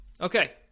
okay